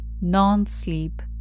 non-sleep